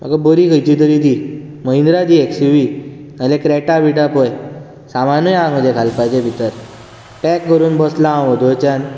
म्हाका बरी खंयची तरी दी महिंद्रा दी एक्सयूवी ना जाल्यार क्रॅटा बिटा पळय सामानूय आसा म्हजें घालपाचें भितर पॅक करून बसलां हांव वडळच्यान